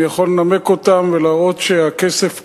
אני יכול לנמק אותן ולהראות שהכסף קיים.